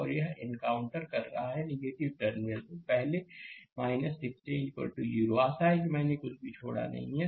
और यह एनकाउंटर कर रहा है है टर्मिनल पहले 16 0 आशा है कि मैंने कुछ भी छोड़ा नहीं है